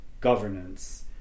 governance